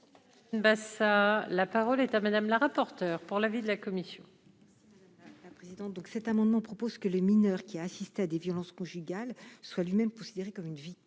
Bah, ça, la parole est à madame la rapporteure pour l'avis de la commission.